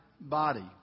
body